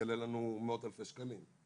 יעלה לנו מאות אלפי שקלים,